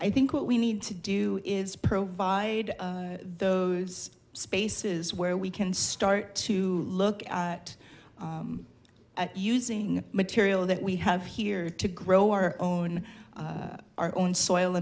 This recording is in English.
i think what we need to do is provide those spaces where we can start to look at that using material that we have here to grow our own our own soil